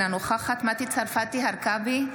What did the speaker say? אינה נוכחת מטי צרפתי הרכבי,